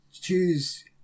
choose